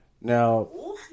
Now